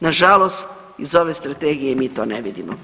Na žalost iz ove strategije mi to ne vidimo.